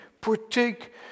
partake